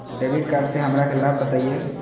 Debit card से हमरा के लाभ बताइए?